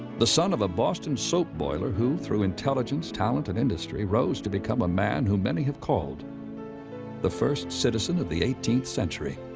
the son of a boston soap boiler who, through intelligence, talent, and industry, rose to become a man who many have called the first citizen of the eighteenth century.